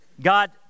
God